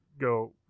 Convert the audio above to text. Go